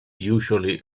usually